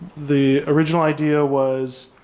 the original idea was,